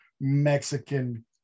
Mexican